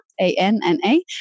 A-N-N-A